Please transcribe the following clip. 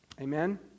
Amen